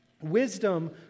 Wisdom